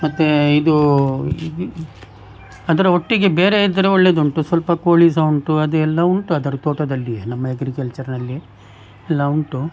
ಮತ್ತು ಇದು ಅದರ ಒಟ್ಟಿಗೆ ಬೇರೆ ಇದ್ದರೆ ಒಳ್ಳೆಯದುಂಟು ಸ್ವಲ್ಪ ಕೋಳಿ ಸಹ ಉಂಟು ಅದೆಲ್ಲ ಉಂಟು ಅದರ ತೋಟದಲ್ಲಿಯೇ ನಮ್ಮ ಎಗ್ರಿಕಲ್ಚರ್ನಲ್ಲಿ ಎಲ್ಲ ಉಂಟು